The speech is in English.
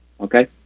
okay